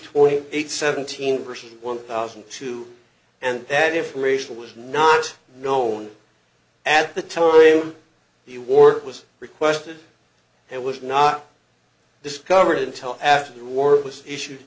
twenty eight seventeen person one thousand two and that information was not known at the torino the war was requested and was not discovered until after the war was issue